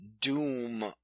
doom